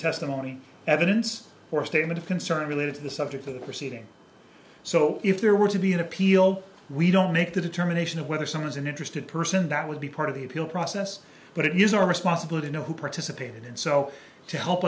testimony evidence or statement of concern related to the subject of the proceeding so if there were to be an appeal we don't make the determination of whether someone's an interested person that would be part of the appeal process but it is our responsibility to know who participated and so to help